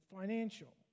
financial